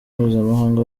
mpuzamahanga